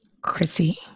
chrissy